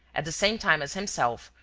at the same time as himself,